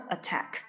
Attack